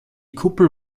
kuppel